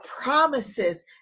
promises